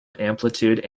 amplitude